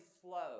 slow